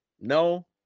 No